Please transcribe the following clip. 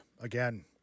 again